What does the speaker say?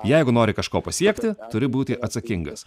jeigu nori kažko pasiekti turi būti atsakingas